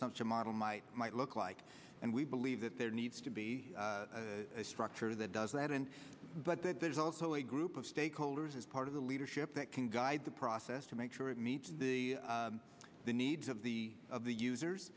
such a model might might look like and we believe that there needs to be a structure that does that and but that there's also a group of stakeholders as part of the leadership that can guide the process to make sure it meets the needs of the of the users